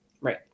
Right